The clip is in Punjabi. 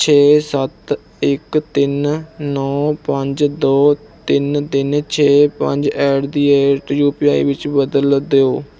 ਛੇ ਸੱਤ ਇਕ ਤਿੰਨ ਨੌ ਪੰਜ ਦੋ ਤਿੰਨ ਤਿੰਨ ਛੇ ਪੰਜ ਐਟ ਦੀ ਰੇਟ ਯੂ ਪੀ ਆਈ ਵਿੱਚ ਬਦਲ ਦਿਓ